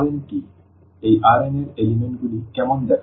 এই Rn এর উপাদানগুলি কেমন দেখায়